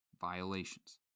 violations